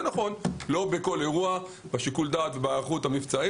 לא בכל אירוע אנחנו נכנסים למסגדים מתוך שיקול דעת והיערכות מבצעית.